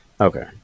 Okay